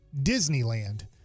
disneyland